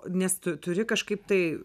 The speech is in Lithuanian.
nes tu turi kažkaip tai